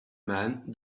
man